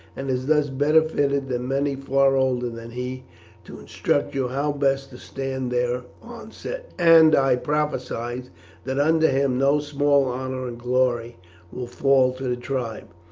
and is thus better fitted than many far older than he to instruct you how best to stand their onset, and i prophesy that under him no small honour and glory will fall to the tribe,